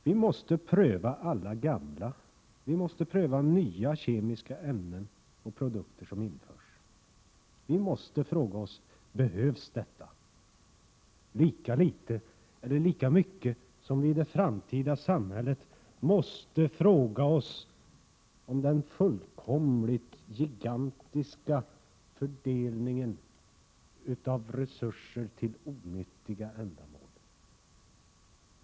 Vi måste pröva alla gamla och de nya kemiska ämnen och produkter som införs. Vi måste fråga oss: Behövs detta? Lika mycket måste vi i det framtida samhället ifrågasätta den fullkomligt gigantiska fördelningen av resurser till onyttiga ändamål.